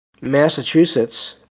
massachusetts